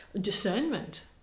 discernment